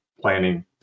planning